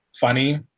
funny